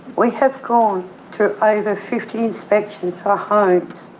we have gone to over fifty inspections for homes,